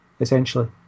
essentially